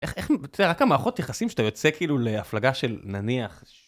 איך איך רק המערכות יחסים שאתה יוצא כאילו להפלגה של נניח...